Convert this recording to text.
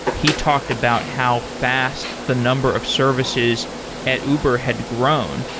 he talked about how fast the number of services at uber had grown.